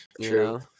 True